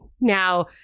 Now